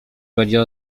będzie